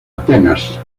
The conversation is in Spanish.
atenas